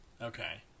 Okay